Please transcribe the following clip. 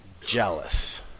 jealous